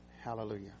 Hallelujah